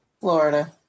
Florida